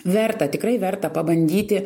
verta tikrai verta pabandyti